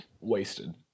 wasted